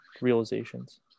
realizations